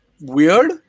weird